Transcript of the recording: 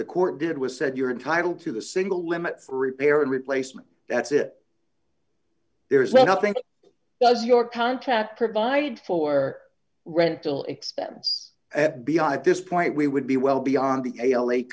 the court did was said you're entitled to the single limit for repair and replacement that's it there is nothing does your contract provide for rental expense beyond this point we would be well beyond the